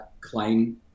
claim